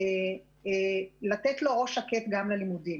ראש שקט ללימודים.